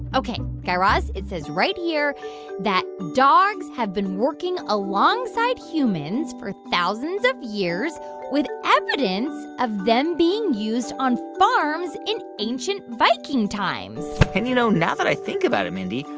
ok. guy raz, it says right here that dogs have been working alongside humans for thousands of years with evidence of them being used on farms in ancient viking times and, you know, now that i think about it, mindy,